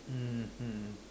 mmhmm